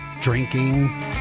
drinking